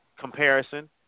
comparison